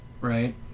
right